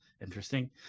interesting